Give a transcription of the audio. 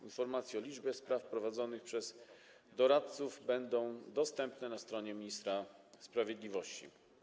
Informacje o liczbie spraw prowadzonych przez doradców będą dostępne na stronie ministra sprawiedliwości.